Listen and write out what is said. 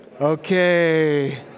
Okay